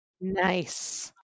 Nice